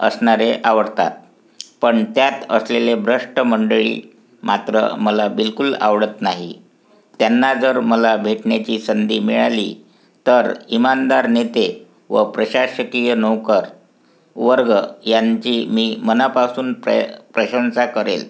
असणारे आवडतात पण त्यात असलेले भ्रष्ट मंडळी मात्र मला बिलकुल आवडत नाही त्यांना जर मला भेटण्याची संधी मिळाली तर इमानदार नेते व प्रशासकीय नोकरवर्ग यांची मी मनापासून प्र प्रशंसा करेल